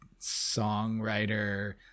songwriter